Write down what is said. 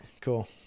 cool